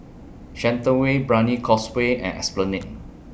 Shenton Way Brani Causeway and Esplanade